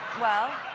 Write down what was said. well,